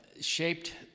shaped